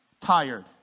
tired